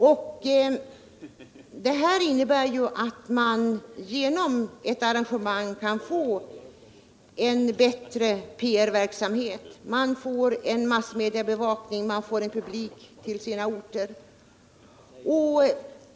Genom ett arrangemang av detta slag blir effekten en bättre PR-verksamhet, massmediabevakning och publiktillströmning till orterna i fråga.